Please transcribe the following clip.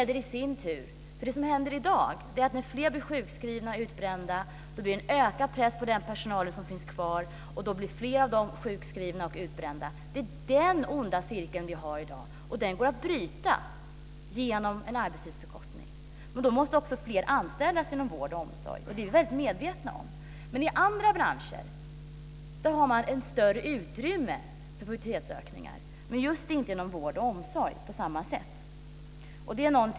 Det som händer i dag är att när fler blir sjukskrivna och utbrända blir det en ökad press på den personal som finns kvar, och då blir fler av dem sjukskrivna och utbrända. Det är den onda cirkel vi har i dag. Den går att bryta genom en arbetstidsförkortning. Men då måste också fler anställas inom vård och omsorg. Det är vi medvetna om. I andra branscher har man ett större utrymme för produktivitetsökningar. Men det har man inte på samma sätt inom vård och omsorg.